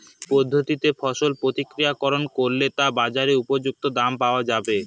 কি পদ্ধতিতে ফসল প্রক্রিয়াকরণ করলে তা বাজার উপযুক্ত দাম পাওয়া যাবে?